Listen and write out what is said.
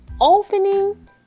opening